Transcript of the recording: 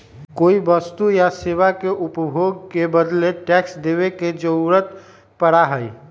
कोई वस्तु या सेवा के उपभोग के बदले टैक्स देवे के जरुरत पड़ा हई